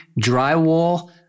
drywall